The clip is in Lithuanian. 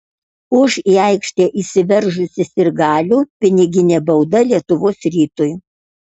už į aikštę įsiveržusį sirgalių piniginė bauda lietuvos rytui